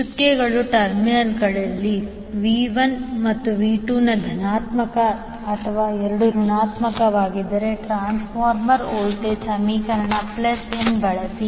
ಚುಕ್ಕೆಗಳ ಟರ್ಮಿನಲ್ಗಳಲ್ಲಿ V1 ಮತ್ತು V2 ಧನಾತ್ಮಕ ಅಥವಾ ಎರಡೂ ಋಣಾತ್ಮಕವಾಗಿದ್ದರೆ ಟ್ರಾನ್ಸ್ಫಾರ್ಮರ್ ವೋಲ್ಟೇಜ್ ಸಮೀಕರಣದಲ್ಲಿ n ಬಳಸಿ